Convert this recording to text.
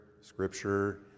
scripture